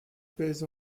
pèse